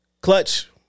Clutch